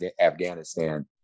Afghanistan